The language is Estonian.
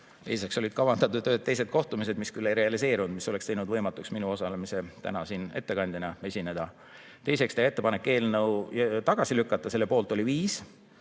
eilseks olid kavandatud teised kohtumised, mis küll ei realiseerunud, aga mis oleks teinud võimatuks minu osalemise täna siin ettekandjana. Teiseks, teha ettepanek eelnõu tagasi lükata. Selle poolt oli 5